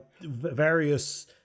various